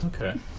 okay